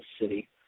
city